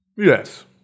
Yes